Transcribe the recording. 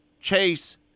Chase